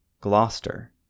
Gloucester